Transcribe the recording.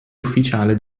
ufficiale